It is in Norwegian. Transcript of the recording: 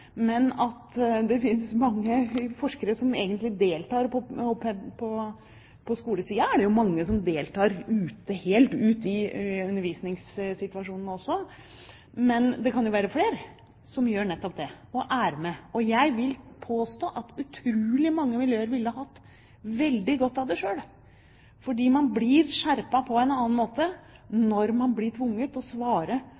er det jo mange som deltar i undervisningssituasjonen også. Men det kan bli flere som gjør nettopp det, og er med. Jeg vil påstå at utrolig mange miljøer hadde hatt veldig godt av det selv. For man blir skjerpet på en annen måte